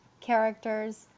characters